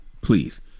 Please